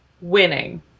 winning